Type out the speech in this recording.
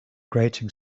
grating